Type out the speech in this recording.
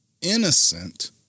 innocent